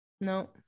No